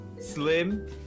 slim